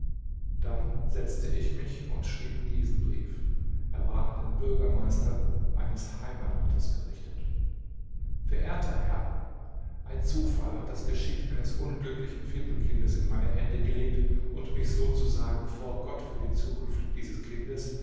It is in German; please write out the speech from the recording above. dann setzte ich mich und schrieb diesen brief er war an den bürgermeister meines heimatsortes gerichtet verehrter herr ein zufall hat das geschick eines unglücklichen findelkindes in meine hände gelegt und mich sozusagen vor gott für die zukunft dieses kindes